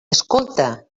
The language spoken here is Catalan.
escolta